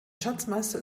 schatzmeister